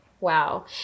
Wow